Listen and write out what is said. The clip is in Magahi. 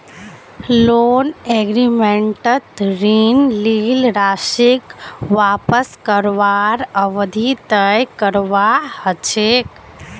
लोन एग्रीमेंटत ऋण लील राशीक वापस करवार अवधि तय करवा ह छेक